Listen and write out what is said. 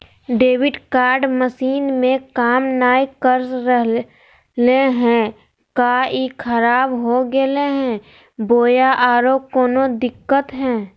Debit card मसीन में काम नाय कर रहले है, का ई खराब हो गेलै है बोया औरों कोनो दिक्कत है?